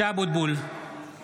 (קורא בשמות חברי הכנסת)